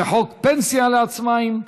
וחוק פנסיה לעצמאים,